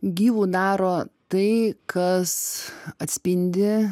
gyvu daro tai kas atspindi